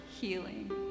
healing